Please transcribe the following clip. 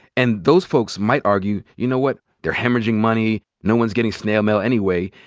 and those folks might argue, you know what? they're hemorrhaging money. no one's getting snail mail anyway.